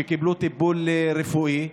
שקיבלו טיפול רפואי,